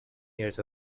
years